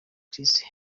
chris